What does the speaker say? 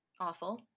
awful